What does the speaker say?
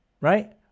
Right